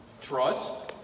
Trust